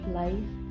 life